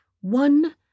One